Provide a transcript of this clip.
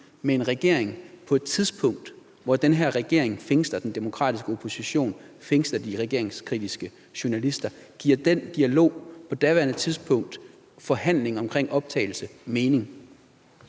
med en regering på et tidspunkt, hvor den her regering fængsler den demokratiske opposition, fængsler de regeringskritiske journalister? Giver den dialog, de forhandlinger om optagelse på